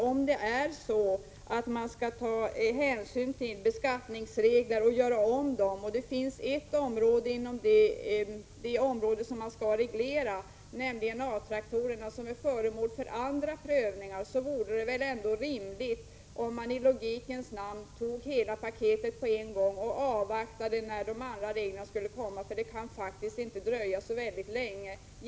Om man skall ta hänsyn till skattereglerna och göra om dem och det finns ett område som skall regleras och som är föremål för andra prövningar — det gäller A-traktorerna— borde man väl ändå i logikens namn ta hela paketet på en gång och avvakta tills de andra reglerna kommer. Det kan faktiskt inte dröja så länge.